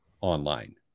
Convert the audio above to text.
online